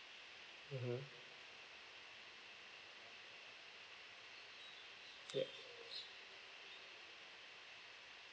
mmhmm yup